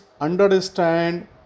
understand